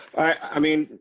i mean,